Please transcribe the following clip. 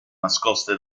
nascoste